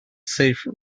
safe